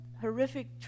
horrific